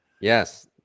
Yes